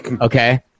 okay